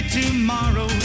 tomorrow